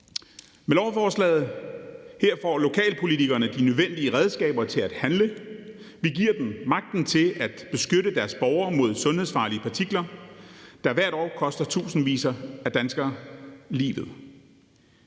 Med lovforslaget her får lokalpolitikerne de nødvendige redskaber til at handle. Vi giver dem magten til at beskytte deres borgere mod sundhedsfarlige partikler, der hvert år koster tusindvis af danskere livet.